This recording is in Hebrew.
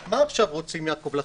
יעקב,